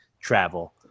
travel